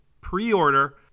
pre-order